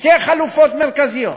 שתי חלופות מרכזיות: